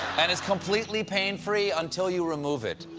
and it's completely pain-free, until you remove it.